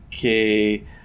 que